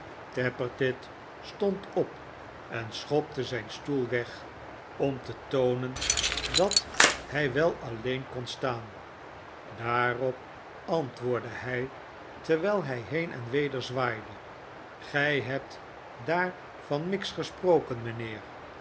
tappertit stond op en schopte zijn stoel weg om te toonen dat hij wel alleen kon staan daarop antwoordde hij terwijl hij heen en weder zwaaide gij hebt daar van miggs gesproken mijnheer